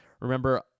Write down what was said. remember